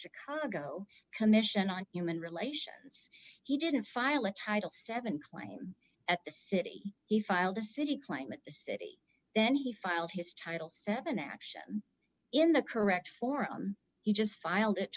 chicago commission on human relations he didn't file a title seven claim at city he filed a city client city then he filed his title seven action in the correct form he just filed